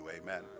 Amen